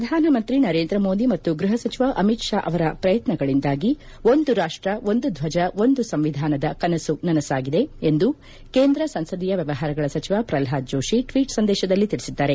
ಪ್ರಧಾನಮಂತ್ರಿ ನರೇಂದ್ರ ಮೋದಿ ಮತ್ತು ಗ್ರಹ ಸಚಿವ ಅಮಿತ್ ಶಾ ಅವರ ಪ್ರಯತ್ಯಗಳಿಂದಾಗಿ ಒಂದು ರಾಷ್ಟ ಒಂದು ಥಜ ಒಂದು ಸಂವಿಧಾನ್ ದ ಕನಸು ನನಸಾಗಿದೆ ಎಂದು ಕೇಂದ್ರ ಸಂಸದೀಯ ವ್ಯವಹಾರಗಳ ಸಚಿವ ಪ್ರಲ್ನಾದ್ ಜೋಷಿ ಟ್ವೀಟ್ ಸಂದೇಶದಲ್ಲಿ ತಿಳಿಸಿದ್ದಾರೆ